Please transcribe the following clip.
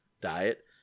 diet